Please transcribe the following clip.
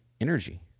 energy